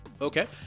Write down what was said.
Okay